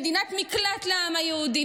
מדינת מקלט לעם היהודי,